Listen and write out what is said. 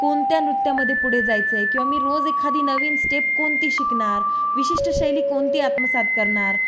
कोणत्या नृत्यामध्ये पुढे जायचं आहे किंवा मी रोज एखादी नवीन स्टेप कोणती शिकणार विशिष्ट शैली कोणती आत्मसात करणार